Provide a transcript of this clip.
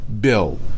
bill